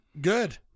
Good